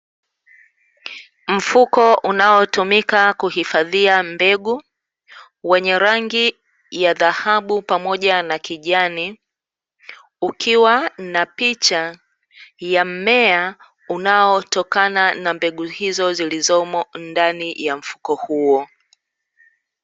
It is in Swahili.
Mfuko unaotumika kuhifadhia mbegu wenye rangi ya dhahabu pamoja na kijani, ukiwa na picha ya mmea unaotokana na mbegu hizo zilizomo ndani ya mfuko huo.